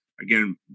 again